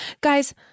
Guys